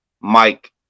Mike